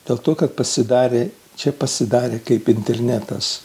dėl to kad pasidarė čia pasidarė kaip internetas